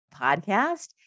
podcast